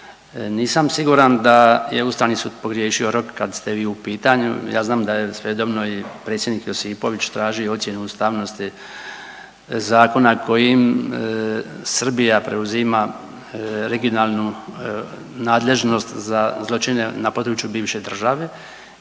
Nisam siguran da je Ustavni sud pogriješio rok kad ste vi u pitanju. Ja znam da je svojedobno i predsjednik Josipović tražio ocjenu ustavnosti zakona kojim Srbija preuzima regionalnu nadležnost za zločine na području bivše države.